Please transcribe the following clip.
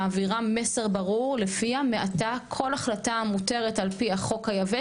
מעבירה מסר ברור לפיה מעתה כל החלטה המותרת על פי החוק היבש,